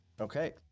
Okay